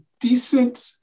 decent